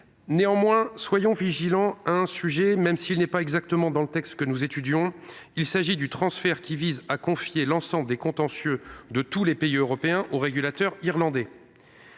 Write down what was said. Néanmoins, soyons vigilants sur un sujet, même s’il ne figure pas exactement dans le texte que nous étudions : il s’agit du transfert qui vise à confier l’ensemble des contentieux de tous les pays européens au régulateur irlandais.